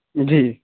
جی